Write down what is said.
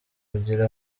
kugira